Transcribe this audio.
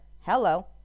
Hello